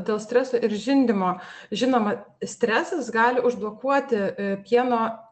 dėl streso ir žindymo žinoma stresas gali užblokuoti pieno